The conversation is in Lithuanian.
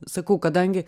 sakau kadangi